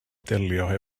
delio